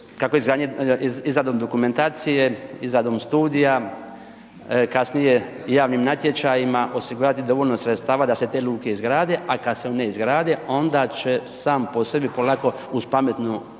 kako izrada dokumentacija, izrada studija, kasnije javnim natječajima osigurati dovoljno sredstava da se te luke izgrade, a kad se one izgrade, onda će sam po sebi polako uz pametno